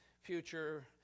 future